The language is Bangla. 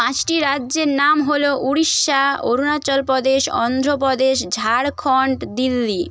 পাঁচটি রাজ্যের নাম হলো উড়িষ্যা অরুণাচল প্রদেশ অন্ধ্রপ্রদেশ ঝাড়খণ্ড দিল্লি